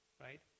Right